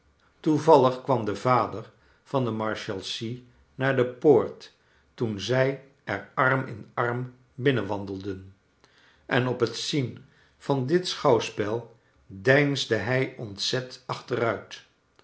kwam de vader van de marshalsea naar de poort toen zij er arm in arm binnen wandelden en op het zien van dit schouwspel deinsde hij ontzet achteruit